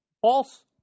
false